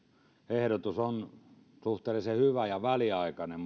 ehdotus on suhteellisen hyvä ja väliaikainen